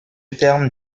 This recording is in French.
terme